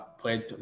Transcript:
played